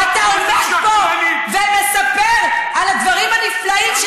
אתה עומד פה ומספר על הדברים הנפלאים,